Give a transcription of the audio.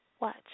Watch